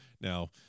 now